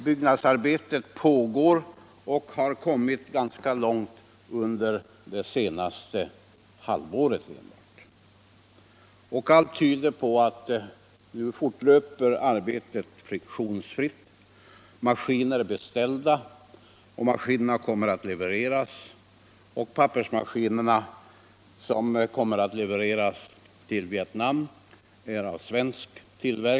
Byggnadsarbetet pågår och har kommit ganska långt under det senaste halvåret. Allt tyder på att arbetet nu fortlöper friktionsfritt. Maskiner av svensk tillverkning är beställda.